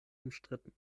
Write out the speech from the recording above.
umstritten